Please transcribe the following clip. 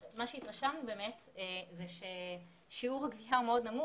התרשמנו ששיעור הגבייה מאוד נמוך.